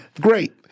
Great